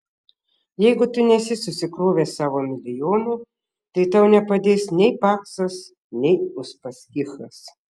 jeigu tu nesi susikrovęs savo milijonų tai tau nepadės nei paksas nei uspaskichas